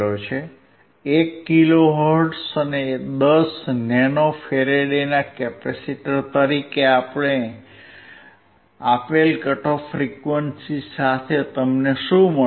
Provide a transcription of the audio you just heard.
1 kilohertz અને 10 nano ફેરાડના capacitor તરીકે આપેલ કટ ઓફ ફ્રીક્વન્સી સાથે તમને શું મળશે